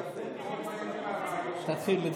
תתחיל ונראה.